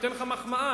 אני נותן לכם מחמאה,